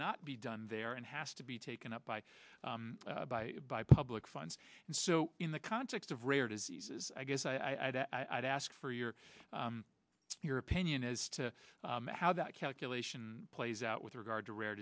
not be done there and has to be taken up by by by public funds and so in the context of rare diseases i guess i'd i'd ask for your your opinion as to how that calculation plays out with regard to rare